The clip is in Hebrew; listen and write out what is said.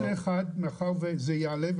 נושא אחר, מאחר וזה יעלה,